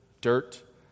dirt